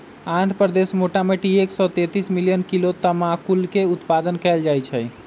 आंध्र प्रदेश मोटामोटी एक सौ तेतीस मिलियन किलो तमाकुलके उत्पादन कएल जाइ छइ